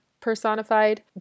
personified